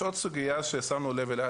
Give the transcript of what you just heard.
יש עוד סוגייה ששמנו לב אליה,